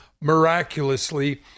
miraculously